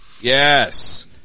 Yes